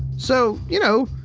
so, you know,